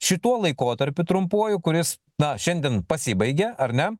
šituo laikotarpiu trumpuoju kuris na šiandien pasibaigė ar ne